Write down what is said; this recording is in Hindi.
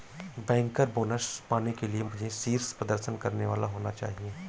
बैंकर बोनस पाने के लिए मुझे शीर्ष प्रदर्शन करने वाला होना चाहिए